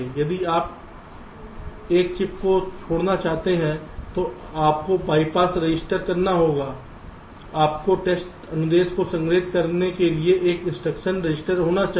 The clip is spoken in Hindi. यदि आप एक चिप को छोड़ना चाहते हैं तो आपको बाईपास रजिस्टर करना होगा आपको टेस्ट अनुदेश को संग्रहीत करने के लिए एक इंस्ट्रक्शन रजिस्टर होना चाहिए